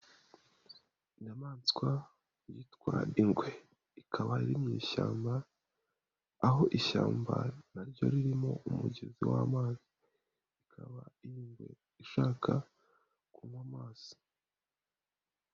Inyamaswa yitwa ingwe ikaba iri mu ishyamba, aho ishyamba naryo ririmo umugezi w'amazi rikaba ingwe ishaka kunywa amazi.